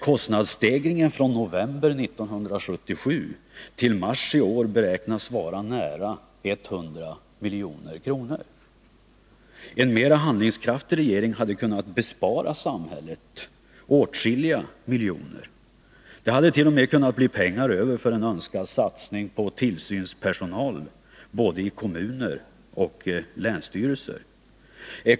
Kostnadsstegringen från november 1977 till mars i år beräknas vara nära 100 milj.kr. En mer handlingskraftig regering hade kunnat bespara samhället åtskilliga miljoner. Det hade t.o.m. kunnat bli pengar över för en önskad satsning på tillsynspersonal både i kommuner och i länsstyrelser.